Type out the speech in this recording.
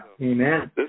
Amen